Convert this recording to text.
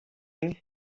king